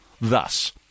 Thus